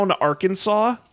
Arkansas